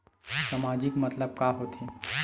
सामाजिक मतलब का होथे?